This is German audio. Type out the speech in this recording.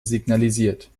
signalisiert